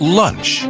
lunch